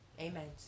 Amen